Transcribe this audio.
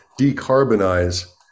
decarbonize